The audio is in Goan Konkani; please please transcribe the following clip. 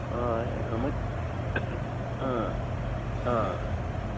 हय मात आं आं